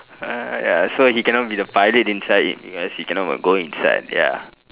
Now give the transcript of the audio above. uh ya so he cannot be the pilot inside because he cannot even go inside ya